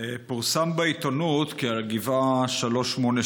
אדוני השר, פורסם בעיתונות כי על הגבעה 387,